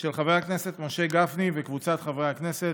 של חבר הכנסת משה גפני וקבוצת חברי הכנסת.